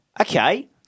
Okay